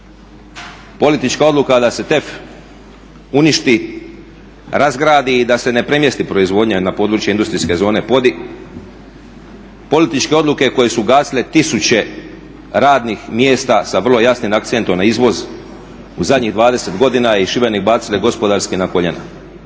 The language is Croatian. Politička odluka da se TEF uništi, razgradi i da se ne premjesti proizvodnja, jedno područje industrijske zone …. Političke odluke koje su gasile tisuće radnih mjesta sa vrlo jasnim akcentom na izvoz u zadnjih 20 godina i Šibenik bacile gospodarski na koljena.